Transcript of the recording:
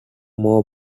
more